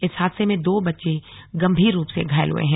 इस हादसे में दो बच्चे गंभीर रूप से घायल हुए हैं